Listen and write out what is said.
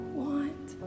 want